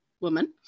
woman